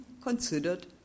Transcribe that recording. considered